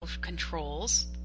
controls